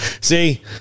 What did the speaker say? see